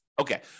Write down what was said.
Okay